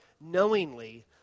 knowingly